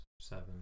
seven